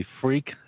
freak